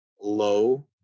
low